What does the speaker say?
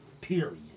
Period